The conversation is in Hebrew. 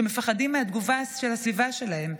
שמפחדים מהתגובה של הסביבה שלהם.